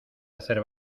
hacer